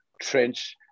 Trench